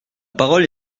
parole